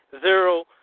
zero